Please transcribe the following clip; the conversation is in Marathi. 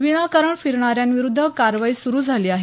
विनाकारण फिरणाऱ्याविरुद्ध कारवाई सुरू झाली आहे